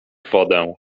wodę